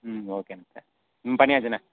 ம் ஓகேண்ண சரி ம் பண்ணியாச்சுண்ணே